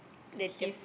there's a